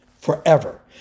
forever